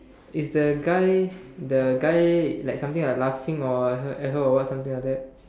it's the guy the guy like something like laughing or her at her or something like that